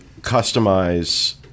customize